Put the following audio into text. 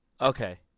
Okay